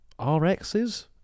RXs